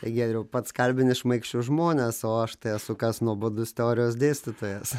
tai giedriau pats kalbini šmaikščius žmones o aš tai esu kas nuobodus teorijos dėstytojas